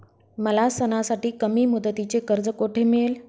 मला सणासाठी कमी मुदतीचे कर्ज कोठे मिळेल?